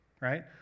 right